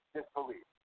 Disbelief